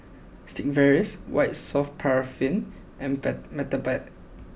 Sigvaris White soft paraffin and Peptamen